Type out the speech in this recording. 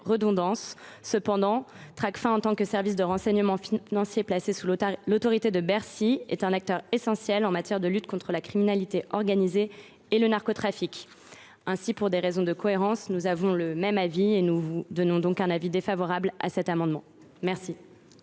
Toutefois, Tracfin, en tant que service de renseignement financier placé sous l’autorité de Bercy, est un acteur essentiel en matière de lutte contre la criminalité organisée et le narcotrafic. Aussi, pour des raisons de cohérence, le Gouvernement émet comme la commission un avis défavorable sur cet amendement. Je